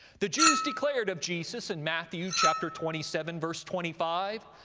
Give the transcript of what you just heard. the jews declared of jesus in matthew, chapter twenty seven, verse twenty five,